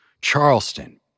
Charleston